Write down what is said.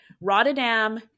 Rotterdam